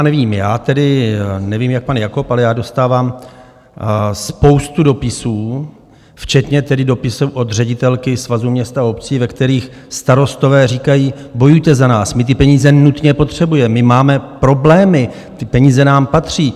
Nevím, já tedy nevím, jak pan Jakob, ale já dostávám spoustu dopisů, včetně dopisu od ředitelky Svazu měst a obcí, ve kterých starostové říkají: Bojujte za nás, my ty peníze nutně potřebujeme, my máme problémy, ty peníze nám patří!